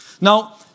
Now